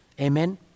Amen